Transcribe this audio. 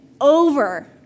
over